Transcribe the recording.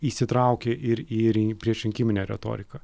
įsitraukė ir į ri priešrinkiminę retoriką